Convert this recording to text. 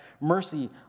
mercy